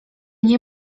nie